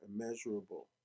immeasurable